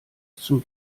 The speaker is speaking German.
zum